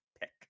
pick